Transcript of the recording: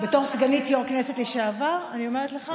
בתור סגנית יו"ר הכנסת לשעבר אני אומרת לך.